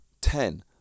ten